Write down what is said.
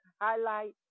highlight